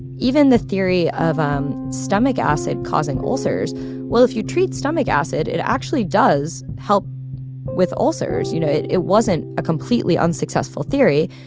even the theory of um stomach acid causing ulcers well, if you treat stomach acid, it actually does help with ulcers. you know, it it wasn't a completely unsuccessful theory.